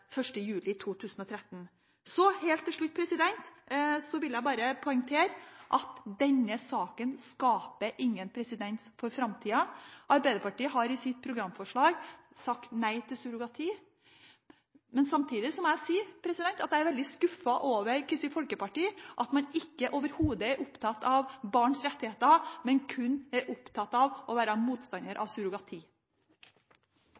juli 2013. Helt til slutt vil jeg bare poengtere at denne saken ikke skaper presedens for framtida. Arbeiderpartiet har i sitt programforslag sagt nei til surrogati. Samtidig må jeg si at jeg er veldig skuffet over at Kristelig Folkeparti overhodet ikke er opptatt av barns rettigheter, men kun er opptatt av å være motstander